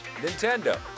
Nintendo